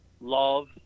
love